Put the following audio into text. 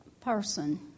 person